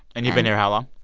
and you've been here how long?